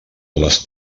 les